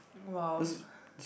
!wow!